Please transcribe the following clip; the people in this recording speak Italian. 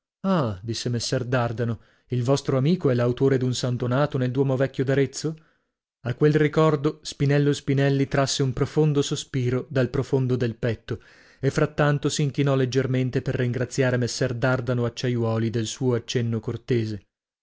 disse messer dardano il vostro amico è l'autore d'un san donato nel duomo vecchio d'arezzo a quel ricordo spinello spinelli trasse un profondo sospiro dal profondo del petto e frattanto s'inchinò leggermente per ringraziare messer dardano acciaiuoli del suo accenno cortese